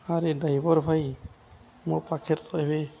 ଆରେ ଡ୍ରାଇଭର୍ ଭାଇ ମୋ ପାଖରେ ତ ଏବେ